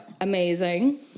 Amazing